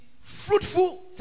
fruitful